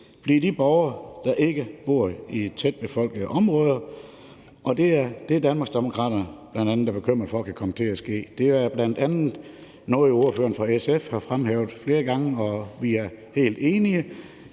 blive de borgere, der ikke bor i tæt befolkede områder, og det er det, Danmarksdemokraterne er bekymret for kan komme til at ske. Det er bl.a. noget, ordføreren fra SF har fremhævet flere gange, og vi er helt enige.